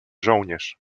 żołnierz